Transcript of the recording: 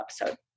episode